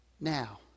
Now